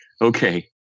Okay